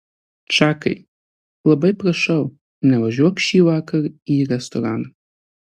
čakai labai prašau nevažiuok šįvakar į restoraną